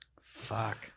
Fuck